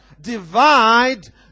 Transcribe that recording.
divide